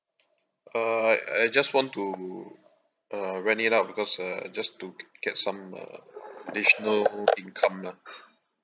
uh I I just want to uh rent it out because uh just to ge~ get some uh additional income lah